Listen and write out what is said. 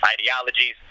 ideologies